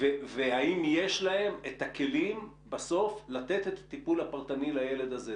והאם יש להם את הכלים בסוף לתת את הטיפול הפרטני לילד הזה,